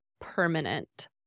permanent